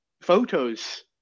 photos